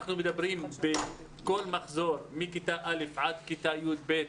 אנחנו מדברים על כל מחזור מכיתה א' עד כיתה י"ב,